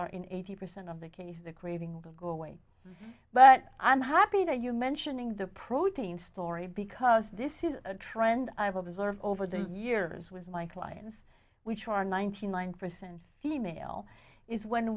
are in eighty percent of the case the craving will go away but i'm happy that you're mentioning the protein story because this is a trend i've observed over the years with my clients which are ninety nine percent female is when